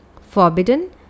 forbidden